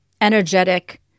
energetic